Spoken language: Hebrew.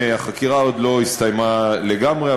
החקירה לא הסתיימה לגמרי,